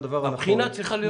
נכון.